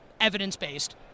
evidence-based